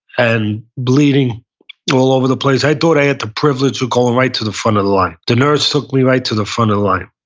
and bleeding all over the place. i thought i had the privilege of going right to the front of the line. the nurse took me right to the front of the line.